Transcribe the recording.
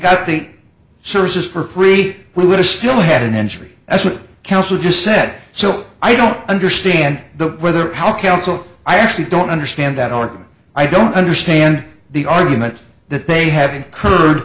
eight services for free we would have still had an injury as a counselor just said so i don't understand the weather power council i actually don't understand that or i don't understand the argument that they have incurred